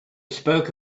spoke